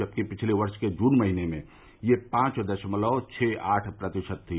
जबकि पिछले वर्ष के जून महीने में यह पांव दशमलव छह आठ प्रतिशत थी